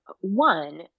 one